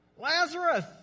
Lazarus